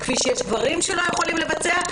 כפי שיש גברים שלא יכולים לבצע,